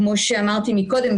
כמו שאמרתי מקודם,